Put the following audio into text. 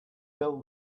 fell